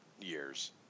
years